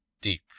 Deep